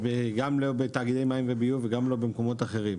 גם לא בתאגידי מים וביוב וגם לא במקומות אחרים.